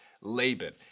Laban